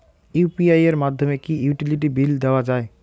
UPI এর মাধ্যমে কি ইউটিলিটি বিল দেওয়া যায়?